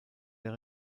der